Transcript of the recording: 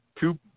two